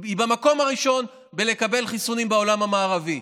במקום הראשון בקבלת חיסונים בעולם המערבי.